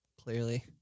Clearly